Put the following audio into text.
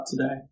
today